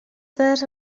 dades